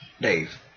Dave